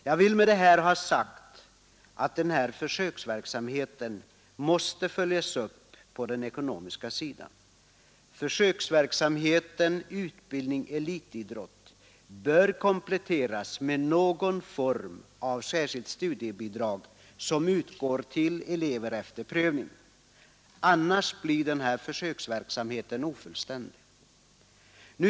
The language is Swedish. Jag vill med detta ha sagt att försöksverksamheten måste följas upp på den ekonomiska sidan. Försöksverksamheten utbildning-elitidrott bör kompletteras med någon form av särskilt studiebidrag som utgår till eleverna efter prövning. Annars blir försöksverksamheten ofullständig.